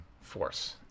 force